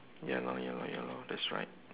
ya lor ya lor ya lor that's right